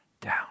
down